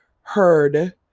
heard